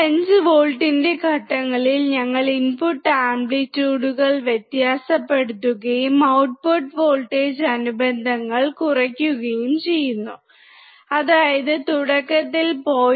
5 വോൾട്ടിന്റെ ഘട്ടങ്ങളിൽ ഞങ്ങൾ ഇൻപുട്ട് ആംപ്ലിറ്റ്യൂഡുകൾ വ്യത്യാസപ്പെടുത്തുകയും ഔട്ട്പുട്ട് വോൾട്ടേജ് അനുബന്ധങ്ങൾ കുറിക്കുകയും ചെയ്യുന്നു അതായത് തുടക്കത്തിൽ 0